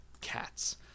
cats